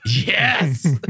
Yes